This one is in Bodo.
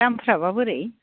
दामफ्राबा बोरै